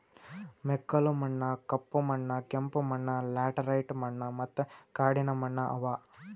ಮೆಕ್ಕಲು ಮಣ್ಣ, ಕಪ್ಪು ಮಣ್ಣ, ಕೆಂಪು ಮಣ್ಣ, ಲ್ಯಾಟರೈಟ್ ಮಣ್ಣ ಮತ್ತ ಕಾಡಿನ ಮಣ್ಣ ಅವಾ